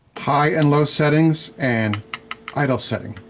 high and low settings and idle setting.